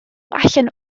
allan